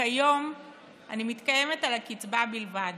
וכיום אני מתקיימת על הקצבה בלבד.